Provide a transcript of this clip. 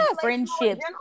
friendships